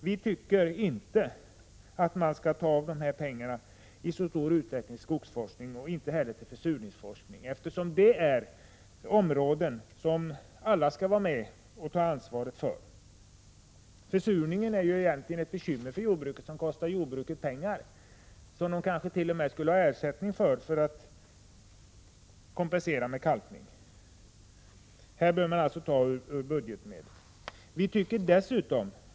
Vi tycker inte att man skall ta de här pengarna i stor utsträckning till skogsforskning och inte heller till försurningsforskning, eftersom detta är områden som alla skall vara med och ta ansvaret för. Försurningen är ju egentligen ett bekymmer för jordbruket. Det kostar jordbruket pengar, som det kanske t.o.m. borde ha ersättning för, att kompensera med kalkning. Man bör alltså ta till budgetmedel.